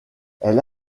elle